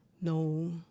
no